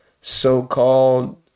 so-called